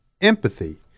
empathy